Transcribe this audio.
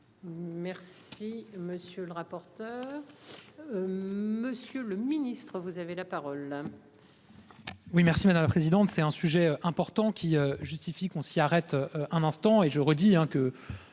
Merci monsieur le rapporteur. Monsieur le Ministre, vous avez la parole.